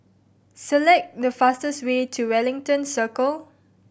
select the fastest way to Wellington Circle